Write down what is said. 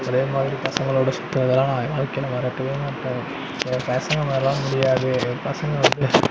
அதேமாதிரி பசங்களோடு சுத்துறதுலாம் நான் என் வாழ்க்கையில் மறக்கவே மாட்டேன் எங்கள் பசங்கமாதிரிலான் முடியாது எங்கள் பசங்கள் வந்து